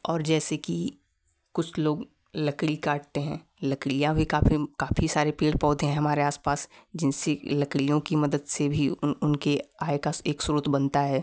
और जैसे कि कुछ लोग लकड़ी काटते हैं लकड़ियाँ भी काफ़ी काफ़ी सारे पेड़ पौधे हैं हमारे पास जिनसे लकड़ियों की मदद से भी उन उनकी आय का एक स्रोत बनता है